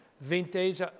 vintage